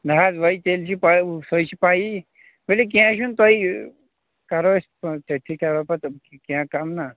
نہ حظ وۄنۍ تیٚلہِ چھِ سُہ ہَے چھِ پَیی تُلِو کیٚنہہ چھُنہٕ تۄہہِ کرو أسۍ تٔتھۍ کرو پَتہٕ کیٚنہہ کَم نہ